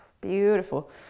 beautiful